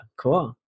cool